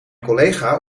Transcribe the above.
collega